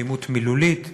אלימות מילולית,